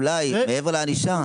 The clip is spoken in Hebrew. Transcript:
אולי מעבר לענישה,